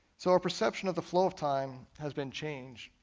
so our perception of the flow of time has been changed.